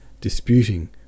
disputing